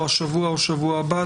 או השבוע או בשבוע הבא,